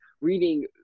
reading